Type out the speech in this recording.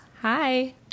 Hi